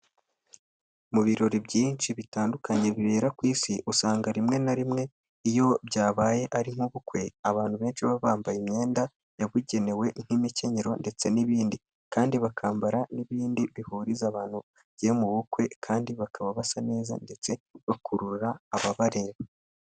Mu birori byinshi bitandukanye bibera ku isi, usanga rimwe na rimwe iyo byabaye ari nk'ubukwe, abantu benshi baba bambaye imyenda yabugenewe nk'imikenyero ndetse n'ibindi kandi bakambara n'ibindi bihuriza abantu bagiye mu bukwe kandi bakaba basa neza ndetse bakurura ababareba.